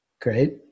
Great